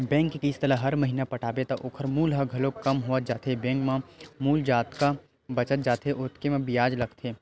bank के किस्त ल हर महिना पटाबे त ओखर मूल ह घलोक कम होवत जाथे बेंक म मूल जतका बाचत जाथे ओतके म बियाज लगथे